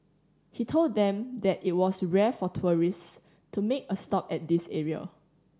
he told them that it was rare for tourists to make a stop at this area